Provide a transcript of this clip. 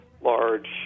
large